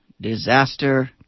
disaster